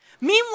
Meanwhile